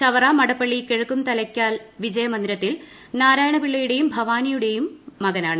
ചവറ മടപ്പളളി കിഴക്കും തലയ്ക്കാൽ വിജയമന്ദിരത്തിൽ നാരായണ പിളളയുടെയും ഭവാനിയമ്മയുടെയും മകനാണ്